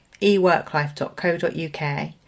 eworklife.co.uk